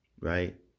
Right